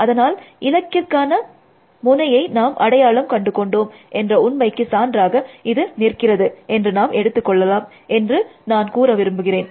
அதனால் இலக்கிற்கான முனையை நாம் அடையாளம் கண்டு கொண்டோம் என்ற உண்மைக்கு சான்றாக இது நிற்கிறது என்று நாம் எடுத்து கொள்ளலாம் என்று நான் கூற விரும்புகின்றேன்